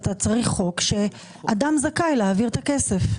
צריך חוק שלפיו אדם זכאי להעביר את הכסף.